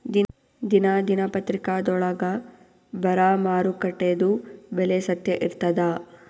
ದಿನಾ ದಿನಪತ್ರಿಕಾದೊಳಾಗ ಬರಾ ಮಾರುಕಟ್ಟೆದು ಬೆಲೆ ಸತ್ಯ ಇರ್ತಾದಾ?